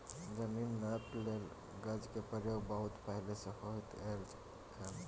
जमीन नापइ लेल गज के प्रयोग बहुत पहले से होइत एलै हन